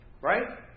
right